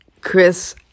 Chris